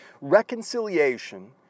Reconciliation